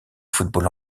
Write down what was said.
football